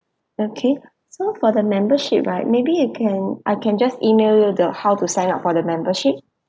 okay so for the membership right maybe you can I can just email you the how to sign up for the membership